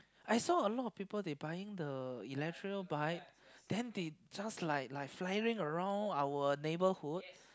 I saw a lot of people they buying the electric bike then they just like like flying around our neighborhood